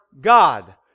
God